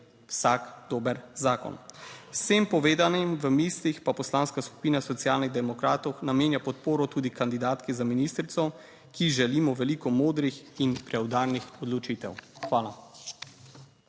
vsak dober zakon. Z vsem povedanim v mislih pa Poslanska skupina Socialnih demokratov namenja podporo tudi kandidatki za ministrico, ki ji želimo veliko modrih in preudarnih odločitev. Hvala.